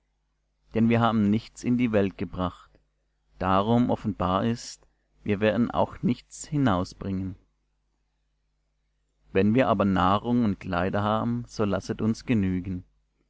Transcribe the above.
denn wir haben nichts in die welt gebracht darum offenbar ist wir werden auch nichts hinausbringen wenn wir aber nahrung und kleider haben so lasset uns genügen